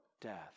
death